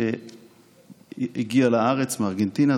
שהגיע לארץ מארגנטינה.